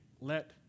let